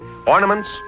Ornaments